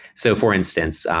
so, for instance,